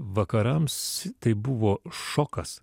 vakarams tai buvo šokas